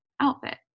outfit